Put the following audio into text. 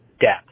depth